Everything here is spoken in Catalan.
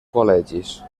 col·legis